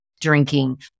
drinking